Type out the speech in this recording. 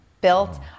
built